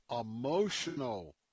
emotional